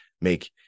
make